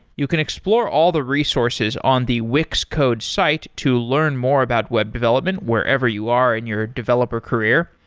you can explore all the resources on the wix code's site to learn more about web development wherever you are in your developer career.